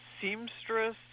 seamstress